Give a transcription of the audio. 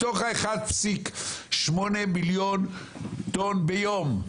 מתוך ה-1.8 מיליון טון ביום,